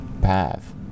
path